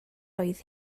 oedd